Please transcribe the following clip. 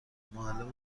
معلم